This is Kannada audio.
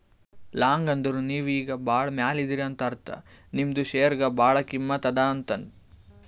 ಲಾಂಗ್ ಅಂದುರ್ ನೀವು ಈಗ ಭಾಳ ಮ್ಯಾಲ ಇದೀರಿ ಅಂತ ಅರ್ಥ ನಿಮ್ದು ಶೇರ್ಗ ಭಾಳ ಕಿಮ್ಮತ್ ಅದಾ ಅಂತ್